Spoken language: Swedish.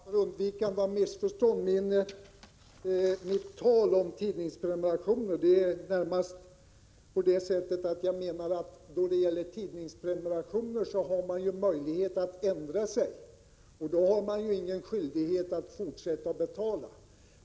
Fru talman! Bara för att undvika missförstånd: Mitt tal om tidningsprenumerationer syftar närmast på att när det gäller tidningsprenumerationer har man möjlighet att ändra sig, och då har man ingen skyldighet att fortsätta betala.